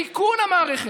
תיקון המערכת,